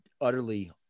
utterly